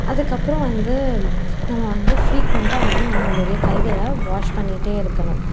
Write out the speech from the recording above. அதுக்கப்பறம் வந்து நம்ம வந்து ஃப்ரீக்குவெண்ட்டாக அது நம்மளுடைய கைகளை வாஷ் பண்ணிகிட்டே இருக்கணும்